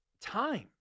time